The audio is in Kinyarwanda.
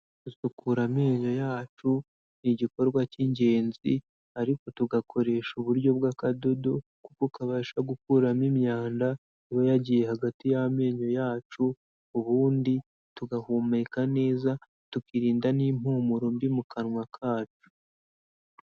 Gusukura amenyo yacu ni igikorwa cy'ingenzi ariko tugakoresha uburyo bw'akadodo kuko kabasha gukuramo imyanda iba yagiye hagati y'amenyo yacu, ubundi tugahumeka neza tukirinda n'impumuro mbi mu kanwa kacu.